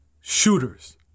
Shooters